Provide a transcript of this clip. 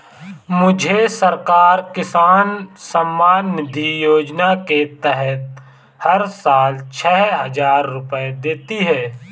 मुझे सरकार किसान सम्मान निधि योजना के तहत हर साल छह हज़ार रुपए देती है